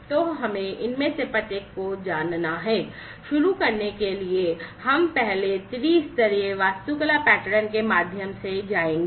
तो हमें इनमें से प्रत्येक को जानना है शुरू करने के लिए हम पहले त्रि स्तरीय वास्तुकला पैटर्न के माध्यम से जाएंगे